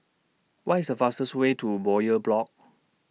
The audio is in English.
What IS The fastest Way to Bowyer Block